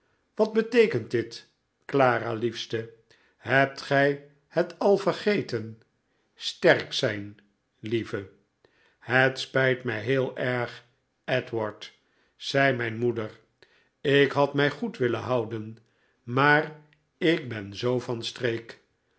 wat beteekent dit clara liefste hebt gij het al vergeten sterk zijn lieve het spijt mij heel erg edward zei mijn moeder ik had mij goed willen houden maar ik ben zoo van streek